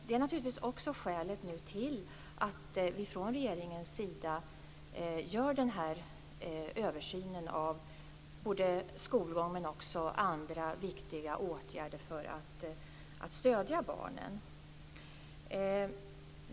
Det är naturligtvis skälet till att vi från regeringens sida nu gör översynen av skolgången men också av andra viktiga åtgärder för att stödja barnen.